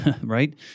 right